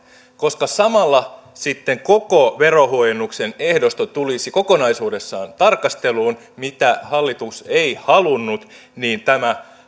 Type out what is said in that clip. koska samalla sitten koko verohuojennuksen ehdosto tulisi kokonaisuudessaan tarkasteluun mitä hallitus ei halunnut niin tämä